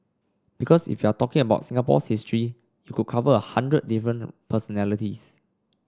because if you are talking about Singapore's history you could cover a hundred different personalities